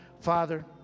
Father